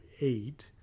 eight